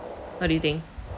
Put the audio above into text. what do you think